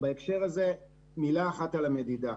בהקשר הזה, מילה אחת על המדידה.